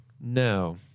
No